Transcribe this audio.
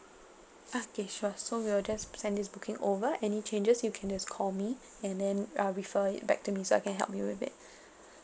okay sure we will just send this booking over any changes you can just call me and then uh refer it back to me so I can help you with it